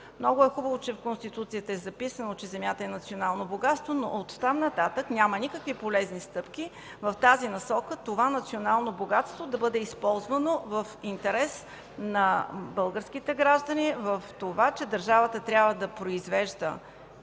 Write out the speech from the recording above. Много е хубаво, че в Конституцията е записано, че земята е национално богатство, но оттам нататък няма никакви полезни стъпки в насока това национално богатство да бъде използвано в интерес на българските граждани, в това, че държавата трябва да произвежда